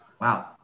Wow